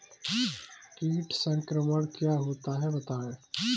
कीट संक्रमण क्या होता है बताएँ?